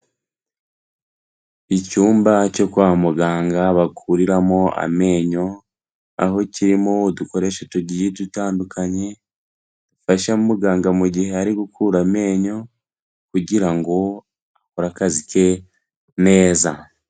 Icyumba cyo kwa muganga bakuriramo amenyo, aho kirimo udukoresho tugiye dutandukanye, dufasha muganga mu gihe ari gukura amenyo kugira ngo akore akazi ke neza.